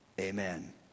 Amen